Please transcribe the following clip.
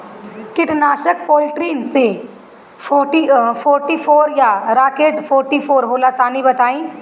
कीटनाशक Polytrin C forty four या Rocket forty four होला तनि बताई?